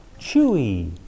chewy